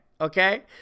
okay